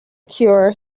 cure